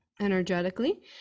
energetically